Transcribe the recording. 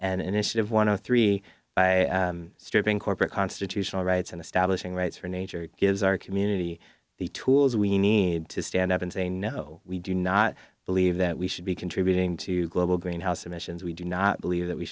an initiative one of three by stripping corporate constitutional rights and establishing rights for nature gives our community the tools we need to stand up and say no we do not believe that we should be contributing to global greenhouse emissions we do not believe that we